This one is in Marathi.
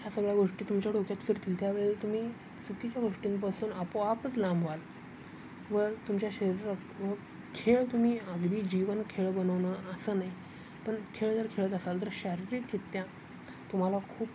ह्या सगळ्या गोष्टी तुमच्या डोक्यात शिरतील त्यावेळी तुम्ही चुकीच्या गोष्टींपासून आपोआपच लांब व्हाल व तुमच्या खेळ तुम्ही अगदी जीवन खेळ बनवणं असं नाही पण खेळ जर खेळत असाल तर शारीरिकरित्या तुम्हाला खूप